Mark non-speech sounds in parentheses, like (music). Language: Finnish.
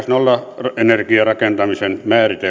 (unintelligible) nollaenergiarakentamisen